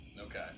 Okay